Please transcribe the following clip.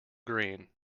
green